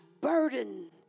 burden